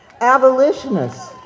Abolitionists